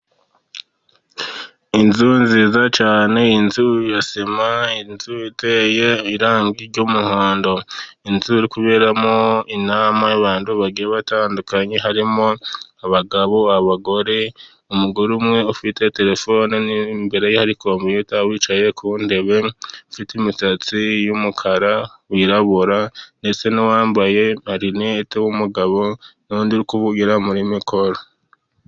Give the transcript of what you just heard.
Inzu nziza cyane, inzu ya sima, inzu iteye irangi ry'umuhondo, inzu iri kuberamo inama y'abantu bagiye batandukanye. Harimo abagabo abagore, umugore umwe ufite telefone imbere hari kompiyita wicaye kuntebe, ufite imitatsi y'umukara wirabura, ndetse n'uwambaye amarinete w'umugabo, n'undi uri kuvugira muri mikoro.